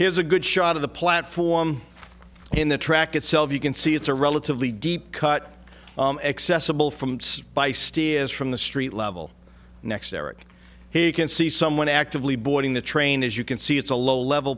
has a good shot of the platform in the track itself you can see it's a relatively deep cut accessible from by steam is from the street level next eric he can see someone actively boarding the train as you can see it's a low level